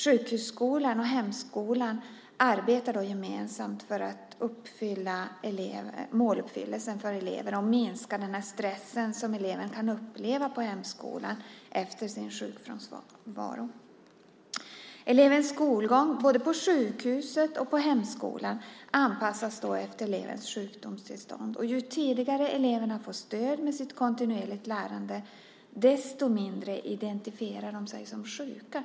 Sjukhusskolan och hemskolan arbetar då gemensamt för att klara måluppfyllelsen för elever och minska stressen som eleven kan uppleva på hemskolan efter sin sjukfrånvaro. Elevens skolgång både på sjukhuset och på hemskolan anpassas efter elevens sjukdomstillstånd. Ju tidigare eleverna får stöd med sitt kontinuerliga lärande, desto mindre identifierar de sig som sjuka.